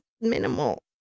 minimal